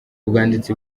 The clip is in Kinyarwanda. ubwanditsi